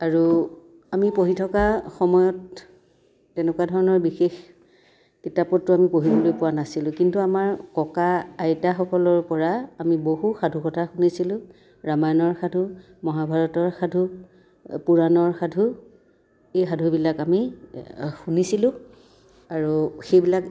আৰু আমি পঢ়ি থকা সময়ত তেনেকুৱা ধৰণৰ বিশেষ কিতাপ পত্ৰ আমি পঢ়িবলৈ পোৱা নাছিলোঁ কিন্তু আমাৰ ককা আইতাসকলৰ পৰা আমি বহু সাধু কথা শুনিছিলোঁ ৰামায়ণৰ সাধু মহাভাৰতৰ সাধু পুৰাণৰ সাধু এই সাধুবিলাক আমি শুনিছিলোঁ আৰু সেইবিলাক